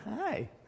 hi